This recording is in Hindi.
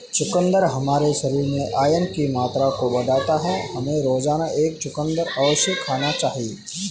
चुकंदर हमारे शरीर में आयरन की मात्रा को बढ़ाता है, हमें रोजाना एक चुकंदर अवश्य खाना चाहिए